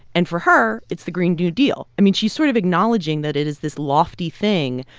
and for her, it's the green new deal. i mean, she's sort of acknowledging that it is this lofty thing,